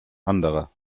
anderer